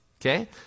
Okay